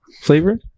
flavor